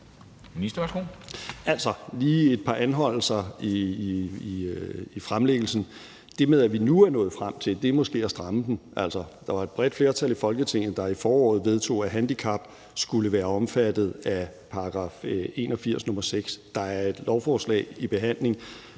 Der er lige et par anholdelser i forhold til fremlæggelsen, for det med, at vi nu er nået frem til det, er måske at stramme den. Der var et bredt flertal i Folketinget, der i foråret vedtog, at handicap skulle være omfattet af § 81, nr. 6. Der er lige nu et lovforslag under behandling,